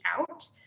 out